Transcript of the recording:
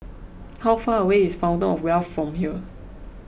how far away is Fountain of Wealth from here